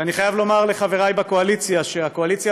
ואני חייב לומר לחבריי בקואליציה שהקואליציה